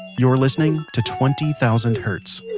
you're listening to twenty thousand hertz.